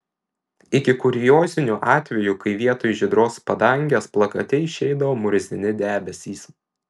iki kuriozinių atvejų kai vietoj žydros padangės plakate išeidavo murzini debesys